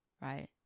right